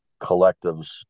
collectives